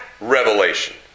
revelation